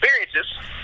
experiences